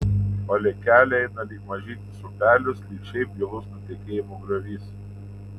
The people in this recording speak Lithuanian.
palei kelią eina lyg mažytis upelis lyg šiaip gilus nutekėjimo griovys